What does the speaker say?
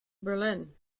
berlin